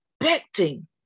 expecting